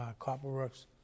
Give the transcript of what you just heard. Copperworks